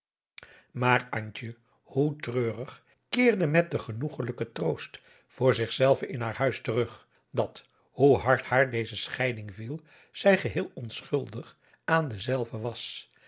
antje hoe treurig keerde met den genoegelijken troost voor zich zelve in haar huis terug dat hoe hard haar deze scheiding viel zij geheel onschuldig aan dezelve was